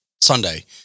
Sunday